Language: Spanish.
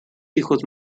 hijos